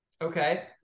okay